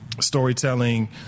storytelling